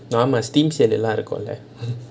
ஆமா:aamaa stream cell லாம் இருக்கும்:laam irukkum lah